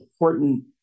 important